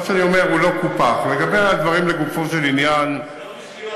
מה לעשות שנהרגים אנשים שם?